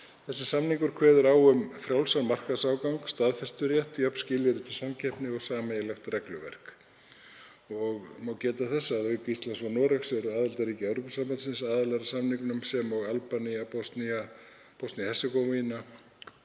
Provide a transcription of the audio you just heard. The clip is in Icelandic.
Þessi samningur kveður á um frjálsan markaðsaðgang, staðfesturétt, jöfn skilyrði til samkeppni og sameiginlegt regluverk og má geta þess að auk Íslands og Noregs eru aðildarríki Evrópusambandsins aðilar að samningnum sem og Albanía, Bosnía-Hersegóvína,